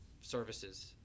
services